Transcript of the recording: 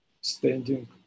standing